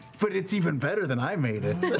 but it's even better than i made it.